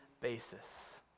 basis